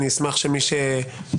אני אשמח שמי שיציף,